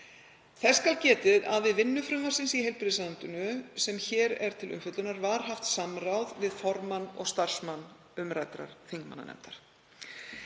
Þess skal getið að við vinnu frumvarpsins í heilbrigðisráðuneytinu sem hér er til umfjöllunar var haft samráð við formann og starfsmann umræddrar þingmannanefndar.